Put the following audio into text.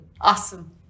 Awesome